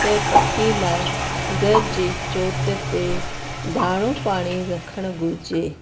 त पखी लाइ घर जे चोट ते दाणो पाणी रखणु घुरिजे